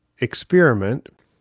experiment